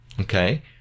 okay